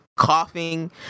coughing